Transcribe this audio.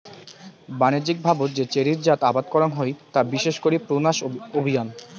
বাণিজ্যিকভাবত যে চেরির জাত আবাদ করাং হই তা বিশেষ করি প্রুনাস অভিয়াম